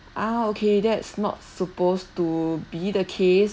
ah okay that's not supposed to be the case